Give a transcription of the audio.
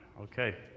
Okay